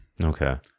Okay